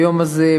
ביום הזה,